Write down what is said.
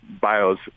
bios